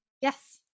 yes